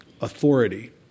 authority